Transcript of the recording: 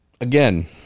again